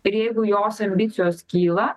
ir jeigu jos ambicijos kyla